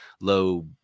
low